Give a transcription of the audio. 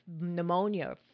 pneumonia